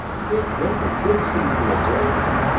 kate gilbert did seem to avoid me,